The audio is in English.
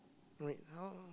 wait how